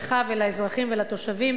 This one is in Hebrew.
לך ולאזרחים ולתושבים,